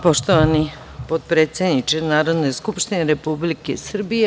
poštovani potpredsedniče Narodne skupštine Republike Srbije.